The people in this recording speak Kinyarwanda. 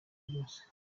byose